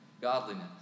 godliness